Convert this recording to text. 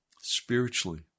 spiritually